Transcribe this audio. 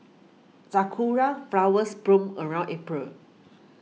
sakura flowers bloom around April